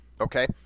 Okay